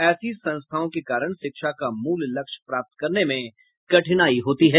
ऐसी संस्थाओं के कारण शिक्षा का मूल लक्ष्य प्राप्त करने में कठिनाई होती है